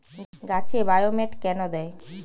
গাছে বায়োমেট কেন দেয়?